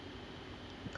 uh